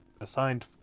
assigned